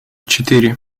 четыре